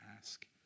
ask